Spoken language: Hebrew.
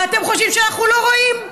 ואתם חושבים שאנחנו לא רואים.